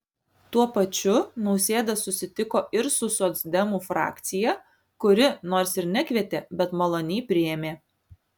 tuo pačiu nausėda susitiko ir su socdemų frakcija kuri nors ir nekvietė bet maloniai priėmė